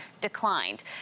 declined